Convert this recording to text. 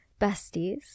besties